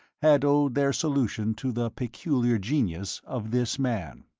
had owed their solution to the peculiar genius of this man.